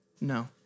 No